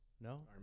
No